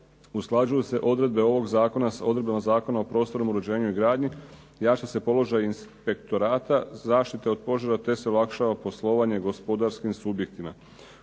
usklađuju se odredbe ovog zakona sa odredbama Zakona o prostornom uređenju i gradnji, jača se položaj Inspektorata zaštite od požara te se olakšava poslovanje gospodarskim subjektima.